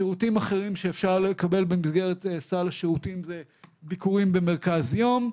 שירותים אחרים שאפשר לקבל במסגרת סל השירותים זה ביקורים במרכז יום,